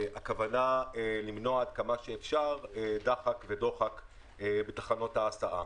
הכוונה למנוע עד כמה שאפשר דחק ודוחק בתחנות ההסעה.